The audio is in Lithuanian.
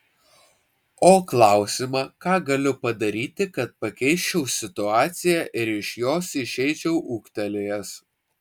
o klausimą ką galiu padaryti kad pakeisčiau situaciją ir iš jos išeičiau ūgtelėjęs